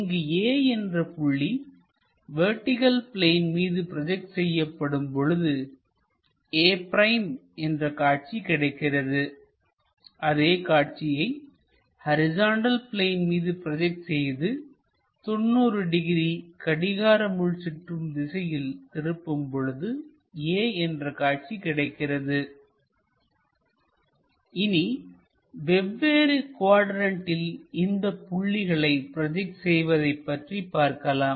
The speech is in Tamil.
இங்கு A என்ற புள்ளி வெர்டிகள் பிளேன் மீது ப்ரோஜெக்ட் செய்யப்படும் பொழுது a' என்ற காட்சி கிடைக்கிறது அதே புள்ளியை ஹரிசாண்டல் பிளேன் மீது ப்ரோஜெக்ட் செய்து 90 டிகிரி கடிகார முள் சுற்றும் திசையில் திருப்பும் பொழுது a என்ற காட்சி கிடைக்கிறது இனி வெவ்வேறு குவாட்ரண்ட்டில் இந்தப் புள்ளிகளை ப்ரோஜெக்ட் செய்வதைப் பற்றி பார்க்கலாம்